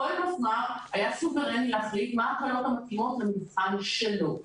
כל מפמ"ר היה סוברני להחליט מה ההקלות המתאימות למגזר שלו.